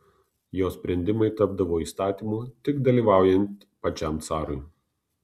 jo sprendimai tapdavo įstatymu tik dalyvaujant pačiam carui